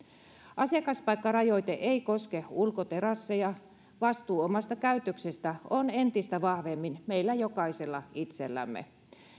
asiakaspaikkarajoite ei koske ulkoterasseja vastuu omasta käytöksestä on entistä vahvemmin meillä jokaisella itsellämme